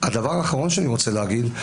והדבר האחרון שאני רוצה להגיד,